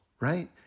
right